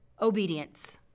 obedience